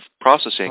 processing